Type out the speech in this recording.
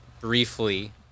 briefly